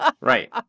Right